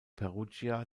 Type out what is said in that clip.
perugia